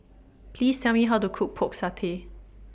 Please Tell Me How to Cook Pork Satay